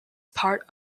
part